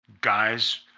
Guys